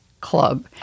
Club